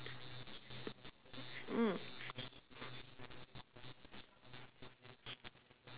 mm